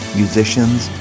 musicians